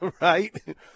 right